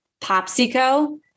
Popsico